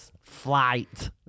flight